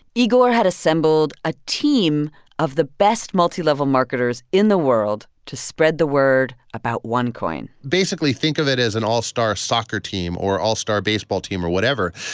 igor had assembled a team of the best multilevel marketers in the world to spread the word about onecoin basically, think of it as an all-star soccer team or all-star baseball team or whatever.